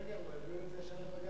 יותר גרוע, הביאו את זה ישר לבג"ץ.